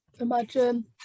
Imagine